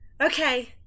okay